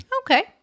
Okay